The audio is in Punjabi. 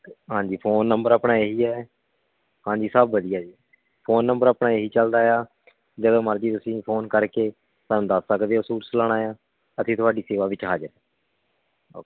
ਹਾਂਜੀ ਫ਼ੋਨ ਨੰਬਰ ਆਪਣਾ ਇਹ ਹੀ ਹੈ ਹਾਂਜੀ ਸਭ ਵਧੀਆ ਜੀ ਫ਼ੋਨ ਨੰਬਰ ਆਪਣਾ ਇਹ ਹੀ ਚੱਲਦਾ ਹੈ ਜਦੋਂ ਮਰਜ਼ੀ ਤੁਸੀਂ ਫ਼ੋਨ ਕਰਕੇ ਸਾਨੂੰ ਦੱਸ ਸਕਦੇ ਓ ਸੂਟ ਸਿਲਾਉਣਾ ਹੈ ਅਸੀਂ ਤੁਹਾਡੀ ਸੇਵਾ ਵਿੱਚ ਹਾਜ਼ਰ ਹਾਂ ਓਕੇ